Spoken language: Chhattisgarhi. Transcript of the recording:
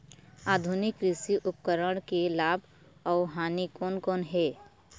आधुनिक कृषि उपकरण के लाभ अऊ हानि कोन कोन हे?